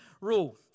rule